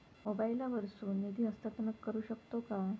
मोबाईला वर्सून निधी हस्तांतरण करू शकतो काय?